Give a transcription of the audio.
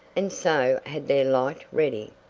and so had their light ready.